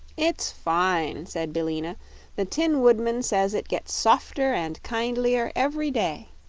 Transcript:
it's fine, said billina the tin woodman says it gets softer and kindlier every day.